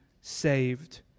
saved